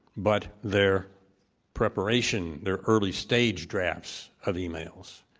but their preparation, their early-stage drafts of emails.